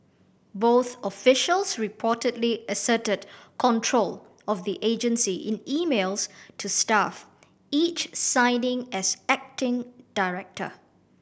both officials reportedly asserted control of the agency in emails to staff each signing as acting director